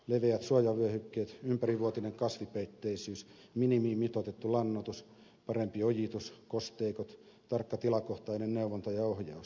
leveät suojavyöhykkeet ympärivuotinen kasvipeitteisyys minimiin mitoitettu lannoitus parempi ojitus kosteikot tarkka tilakohtainen neuvonta ja ohjaus